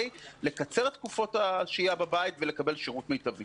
לקצר את תקופות השהייה בבית ולקבל שירות מיטבי.